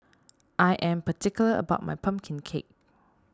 I am particular about my Pumpkin Cake